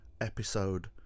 episode